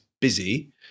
busy